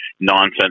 nonsense